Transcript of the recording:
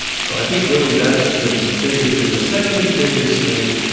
so i think, really, that's the biggest thing. the second biggest thing,